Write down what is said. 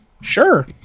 Sure